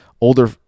older